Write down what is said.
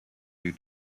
due